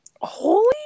holy